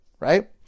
right